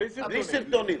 בלי סרטונים.